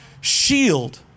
shield